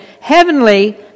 heavenly